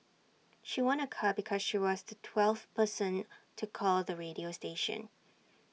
she won A car because she was the twelfth person to call the radio station